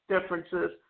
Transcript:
Differences